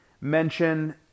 mention